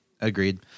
Agreed